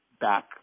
back